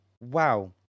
Wow